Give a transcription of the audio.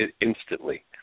instantly